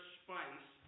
spice